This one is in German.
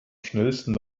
schnellsten